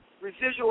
residual